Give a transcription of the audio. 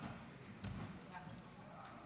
כנסת נכבדה,